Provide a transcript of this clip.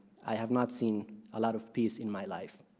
i have not seen a lot of peace in my life.